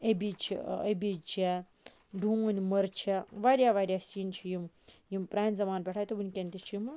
اوٚبٕج چھ اوٚبٕج چھےٚ ڈوٗنۍ مُر چھےٚ واریاہ واریاہ سِنۍ چھِ یِم یِم پرانہِ زَمان پیٚٹھِ آے تہٕ وٕنکیٚن تہِ چھِ یم